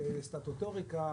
סטטוטוריקה,